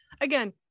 again